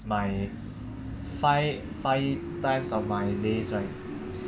my five five times of my days right